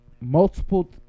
multiple